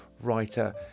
Writer